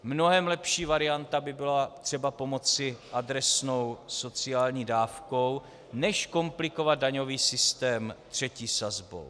Mnohem lepší varianta by byla třeba pomoci adresnou sociální dávkou než komplikovat daňový systém třetí sazbou.